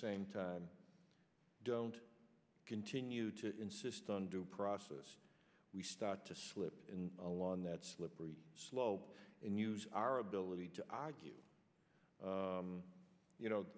same time don't continue to insist on due process we start to slip in along that slippery slope and use our ability to argue you know